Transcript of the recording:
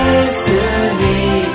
Destiny